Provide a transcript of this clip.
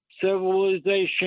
civilization